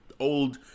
old